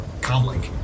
comlink